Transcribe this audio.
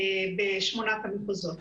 בשמונת המחוזות.